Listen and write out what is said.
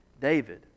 David